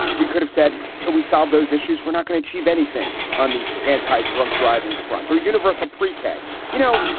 we could have said till we solve those issues, we're not gonna achieve anything on the anti drunk driving front or universal pre-k. you know,